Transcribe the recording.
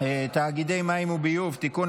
תאגידי מים וביוב (תיקון,